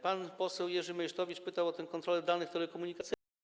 Pan poseł Jerzy Meysztowicz pytał o te kontrole danych telekomunikacyjnych.